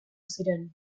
ziren